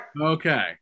Okay